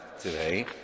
today